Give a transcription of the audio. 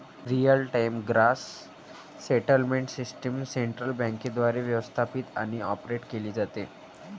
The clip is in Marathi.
real time gross settlement system central बँकेद्वारे व्यवस्थापित आणि ऑपरेट केली जाते